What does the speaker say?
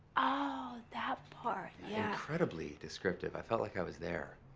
oh! that part, yeah. incredibly descriptive. i felt like i was there.